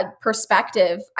perspective